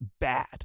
bad